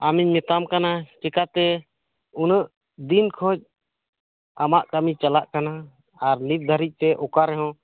ᱟᱢᱤᱧ ᱢᱮᱛᱟᱢ ᱠᱟᱱᱟ ᱪᱤᱠᱟᱹᱛᱮ ᱩᱱᱟᱹᱜ ᱫᱤᱱ ᱠᱷᱚᱱ ᱟᱢᱟᱜ ᱠᱟᱹᱢᱤ ᱪᱟᱞᱟ ᱠᱟᱱᱟ ᱟᱨ ᱱᱤᱛ ᱫᱷᱟᱹᱨᱤᱡ ᱛᱮ ᱚᱠᱟᱨᱮᱦᱚᱸ